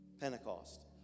Pentecost